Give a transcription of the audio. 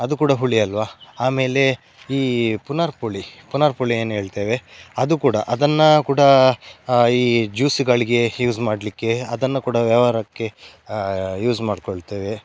ಅದು ಕೂಡ ಹುಳಿ ಅಲ್ವಾ ಆಮೇಲೆ ಈ ಪುನರ್ಪುಳಿ ಪುನರ್ಪುಳಿ ಏನು ಹೇಳ್ತೇವೆ ಅದು ಕೂಡ ಅದನ್ನು ಕೂಡ ಈ ಜ್ಯೂಸುಗಳಿಗೆ ಯೂಸ್ ಮಾಡಲಿಕ್ಕೆ ಅದನ್ನು ಕೂಡ ವ್ಯವಹಾರಕ್ಕೆ ಯೂಸ್ ಮಾಡ್ಕೊಳ್ತೇವೆ